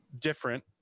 different